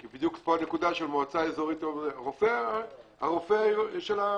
כי בדיוק פה הנקודה שבמועצה אזורית זה הרופא של הרשות.